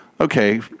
okay